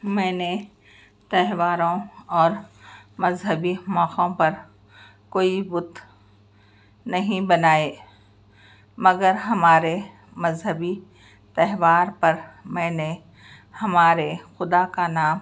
میں نے تہواروں اور مذہبی موقعوں پر کوئی بُت نہیں بنائے مگر ہمارے مذہبی تہوار پر میں نے ہمارے خدا کا نام